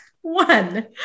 one